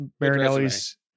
marinelli's